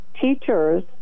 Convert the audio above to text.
teachers